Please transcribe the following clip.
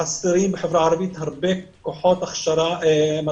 חסרים בחברה הערבית הרבה כוחות הדרכה,